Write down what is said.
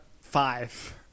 Five